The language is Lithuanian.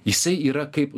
jisai yra kaip